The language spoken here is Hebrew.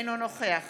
אינו נוכח